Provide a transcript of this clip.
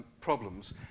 Problems